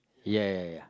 ya ya ya